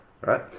right